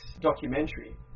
documentary